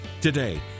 today